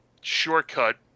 shortcut